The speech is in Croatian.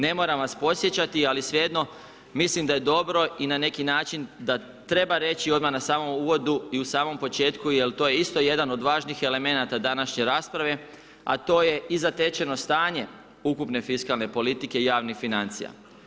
Ne moram vas podsjećati, ali svejedno mislim da je dobro i na neki način da treba reći odmah na samom uvodu i u samom početku jer to je isto jedan od važnih elemenata današnje rasprave, a to je i zatečeno stanje ukupne fiskalne politike i javnih financija.